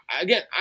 again